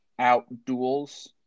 outduels